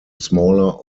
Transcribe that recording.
smaller